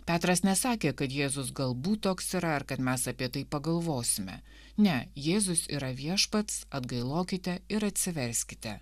petras nesakė kad jėzus galbūt toks yra ar kad mes apie tai pagalvosime ne jėzus yra viešpats atgailokite ir atsiverskite